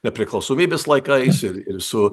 nepriklausomybės laikais ir ir su